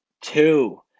two